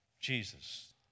Jesus